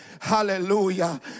Hallelujah